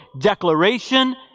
declaration